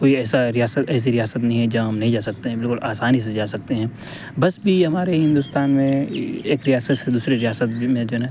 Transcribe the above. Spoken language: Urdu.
کوئی ایسا ریاست ایسی ریاست نہیں ہے جہاں ہم نہیں جا سکتے ہیں بالکل آسانی سے جا سکتے ہیں بس بھی ہمارے ہندوستان میں ایک ریاست سے دوسری ریاست بھی میں جو ہے نا